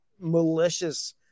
malicious